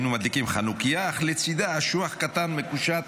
היינו מדליקים חנוכייה אך לצידה אשוח קטן מקושט